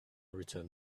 returned